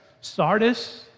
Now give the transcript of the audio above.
Sardis